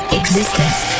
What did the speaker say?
existence